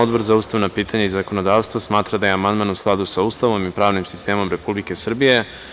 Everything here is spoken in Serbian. Odbor za ustavna pitanja i zakonodavstvo smatra je amandman u skladu sa Ustavom i pravnim sistemom Republike Srbije.